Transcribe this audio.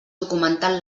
documentant